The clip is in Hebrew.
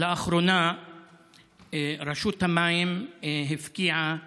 לאחרונה רשות המים הפקיעה